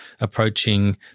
approaching